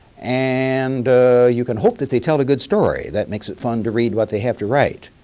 and you can hope that they tell a good story that makes it fun to read what they have to write.